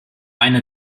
eine